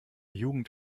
jugend